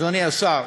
אדוני השר,